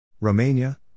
Romania